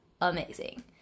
amazing